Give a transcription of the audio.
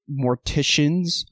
morticians